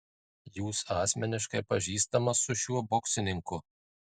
jūs asmeniškai pažįstamas su šiuo boksininku